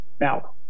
Now